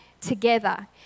together